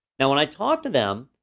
now when i talk to them,